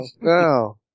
no